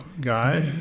guy